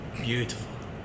Beautiful